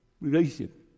relationship